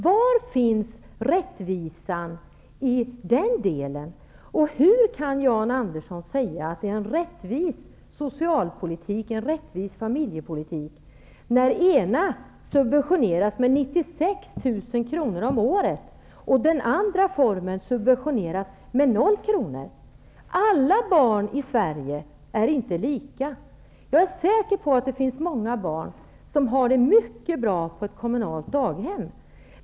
Var finns rättvisan i den delen? Hur kan Jan Andersson säga att det är en rättvis socialpolitik och en rättvis familjepolitik när den ena formen subventioneras med 96 000 kr om året och den andra formen med 0 kr? Alla barn i Sverige är inte lika. Jag är säker på att det finns många barn som har det mycket bra på ett kommunalt daghem.